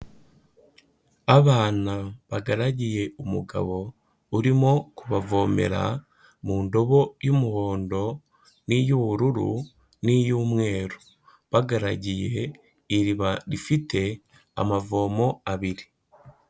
Abana bagaragiye umugabo, urimo kubavomera mu ndobo y'umuhondo n'iy'ubururu n'iy'umweru, bagaragiye iriba rifite amavomo abiri.